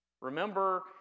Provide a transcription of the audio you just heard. Remember